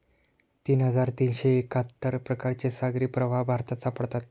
तीन हजार तीनशे एक्काहत्तर प्रकारचे सागरी प्रवाह भारतात सापडतात